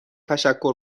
تشکر